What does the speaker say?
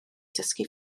dysgu